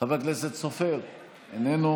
חבר הכנסת סופר, איננו,